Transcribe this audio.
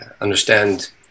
understand